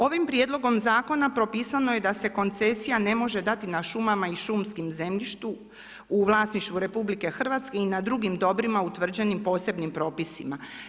Ovim prijedlogom zakona propisano je da se koncesija ne može dati na šumama i šumskom zemljištu u vlasništvu RH i na drugim dobrima utvrđenim posebnim propisima.